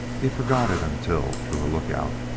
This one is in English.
he forgot it until, through a lookout,